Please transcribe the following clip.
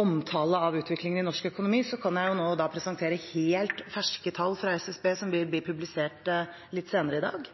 omtale av utviklingen i norsk økonomi, kan jeg nå presentere helt ferske tall fra SSB som vil bli publisert litt senere i dag.